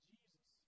Jesus